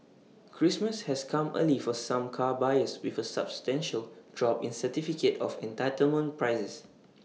Christmas has come early for some car buyers with A substantial drop in certificate of entitlement prices